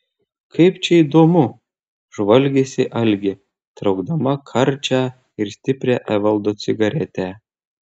kaip čia įdomu žvalgėsi algė traukdama karčią ir stiprią evaldo cigaretę